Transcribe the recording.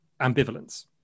ambivalence